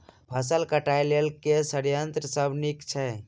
फसल कटाई लेल केँ संयंत्र सब नीक छै?